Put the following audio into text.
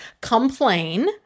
complain